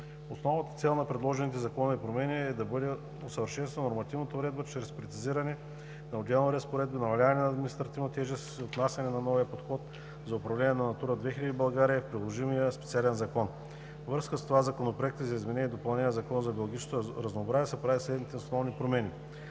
Основната цел на предложените законови промени е да бъде усъвършенствана нормативната уредба чрез прецизиране на отделни разпоредби, намаляване на административната тежест и съотнасяне на новия подход за управление на „Натура 2000“ в България и в приложимия специален закон. Във връзка с това със Законопроекта за изменение и допълнение на Закона за биологичното разнообразие се правят следните основни промени: